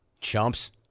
Chumps